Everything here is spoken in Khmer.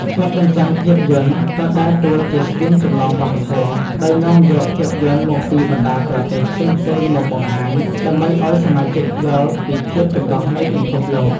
ក្លឹបបញ្ចាំងភាពយន្ត ក៏ដើរតួជាស្ពានចម្លងវប្បធម៌ ដោយនាំយកភាពយន្តមកពីបណ្ដាប្រទេសផ្សេងៗមកបង្ហាញ ដើម្បីឱ្យសមាជិកយល់ពីភាពចម្រុះនៃពិភពលោក។